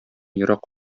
ерак